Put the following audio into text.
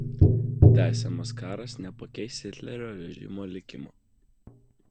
tęsiamas karas nepakeis hitlerio režimo likimo